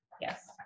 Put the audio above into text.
Yes